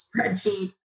spreadsheet